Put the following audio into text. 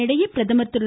இதனிடையே பிரதமர் திரு